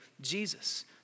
Jesus